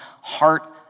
heart